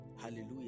Hallelujah